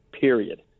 period